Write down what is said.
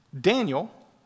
Daniel